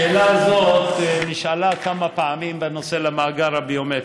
השאלה הזאת נשאלה כמה פעמים בנושא המאגר הביומטרי.